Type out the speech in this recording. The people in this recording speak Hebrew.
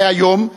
והרי היום,